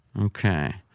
Okay